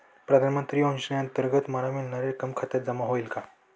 प्रधानमंत्री योजनेअंतर्गत मला मिळणारी रक्कम खात्यात जमा होईल का?